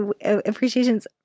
appreciation's